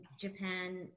Japan